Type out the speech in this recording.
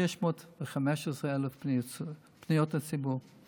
615,000 פניות הציבור.